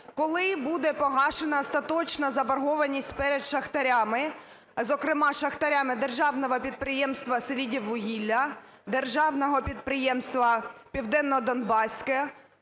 Коли буде погашена остаточна заборгованість перед шахтарями, зокрема шахтарям державного підприємства "Селидіввугілля", державного підприємства "Південнодонбаське"